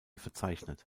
verzeichnet